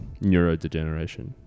neurodegeneration